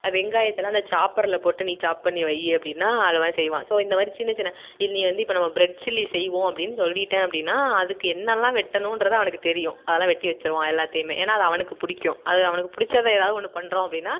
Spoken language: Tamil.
வெங்காயத்தைலாம் அந்த சாப்பரில் போட்டு நீ சாப் பண்ணி வை அப்படின்னா அது மாதிரி செய்வான் ஸோ இந்த மாதிரி சின்னச் சின்ன இன்று வந்து இப்போ நம்ம ப்ரட் சில்லி செய்வோம் அப்படின்னு சொல்லிவிட்டேன் அப்படின்னா அதுக்கு என்னவெல்லாம் வெட்டணும்ன்றது அவனுக்கு தெரியும் அதெல்லாம் வெட்டி வெச்சுடுவான் எல்லாத்தையுமே ஏன்னா அது அவனுக்குப் பிடிக்கும் அது அவனுக்கு பிடிச்சத ஏதாவது ஒன்று பண்ணுறோம் அப்படின்னா